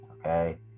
Okay